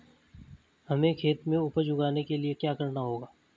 हमें खेत में उपज उगाने के लिये क्या करना होगा?